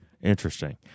interesting